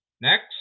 Next